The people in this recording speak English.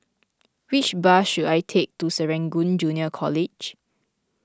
which bus should I take to Serangoon Junior College